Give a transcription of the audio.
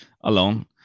alone